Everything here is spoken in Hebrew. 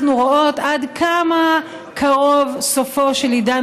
אנחנו רואות עד כמה קרוב סופו של עידן